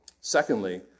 Secondly